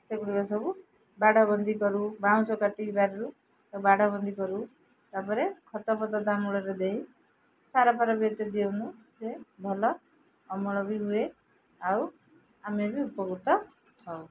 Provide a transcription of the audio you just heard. ସେଗୁଡ଼ିକ ସବୁ ବାଡ଼ ବନ୍ଦି କରୁ ବାଉଁଶ କାଟି ବାରିରୁ ତା ବାଡ଼ ବନ୍ଦି କରୁ ତା'ପରେ ଖତ ଫତ ତା'ମୂଳରେ ଦେଇ ସାରଫାର ବି ଏତେ ଦେଉନୁ ସେ ଭଲ ଅମଳ ବି ହୁଏ ଆଉ ଆମେ ବି ଉପକୃତ ହେଉ